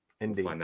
Indeed